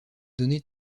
donné